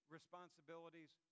responsibilities